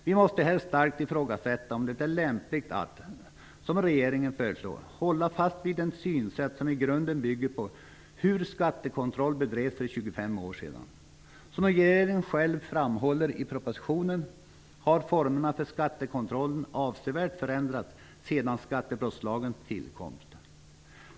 Vi måste här starkt ifrågasätta om det är lämpligt att - som i regeringens förslag - hålla fast vid ett synsätt som i grunden bygger på hur skattekontroll bedrevs för 25 år sedan. Som regeringen själv framhåller i propositionen har formerna för skattekontrollen avsevärt förändrats sedan skattebrottslagens tillkomst.